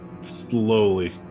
slowly